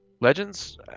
Legends